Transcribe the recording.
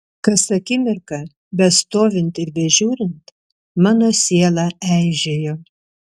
kas akimirką bestovint ir bežiūrint mano siela eižėjo